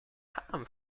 ham